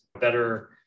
better